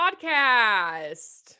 podcast